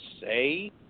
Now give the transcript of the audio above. say